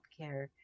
healthcare